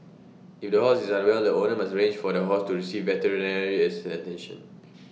if the horse is unwell the owner must arrange for the horse to receive veterinary is attention